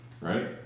right